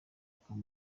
akaba